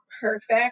perfect